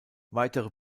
weitere